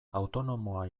autonomoa